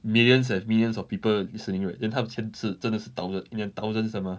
millions and millions of people listening right then 他的钱是真的是 thousand 一年是 thousands 的 mah